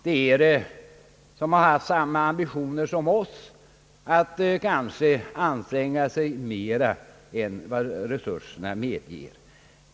Det finns de som kanske har haft samma ambitioner som vi att anstränga sig mera än vad resurserna medgivit.